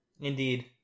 indeed